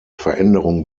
veränderung